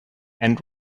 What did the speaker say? and